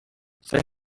say